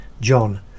John